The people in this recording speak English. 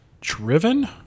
Driven